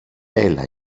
έλα